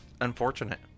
unfortunate